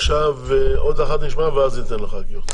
עכשיו נשמע עוד אחת ואז ניתן לחברי הכנסת.